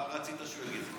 מה רצית שהוא יגיד?